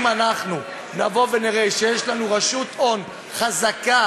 אם אנחנו נראה שיש לנו רשות הון חזקה,